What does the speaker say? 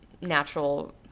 natural